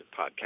podcast